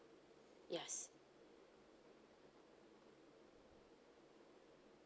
yes